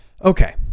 Okay